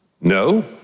No